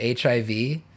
HIV